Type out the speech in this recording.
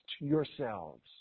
yourselves